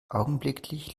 augenblicklich